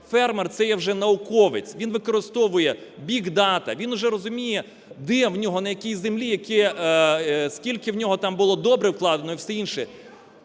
фермер – це є вже науковець, він використовує Big Data, він уже розуміє, де у нього, на якій землі, скільки в нього там було добрив вкладено і все інше.